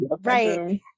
right